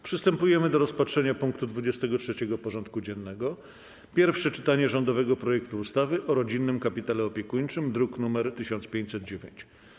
Przystępujemy do rozpatrzenia punktu 23. porządku dziennego: Pierwsze czytanie rządowego projektu ustawy o rodzinnym kapitale opiekuńczym (druk nr 1509)